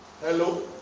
Hello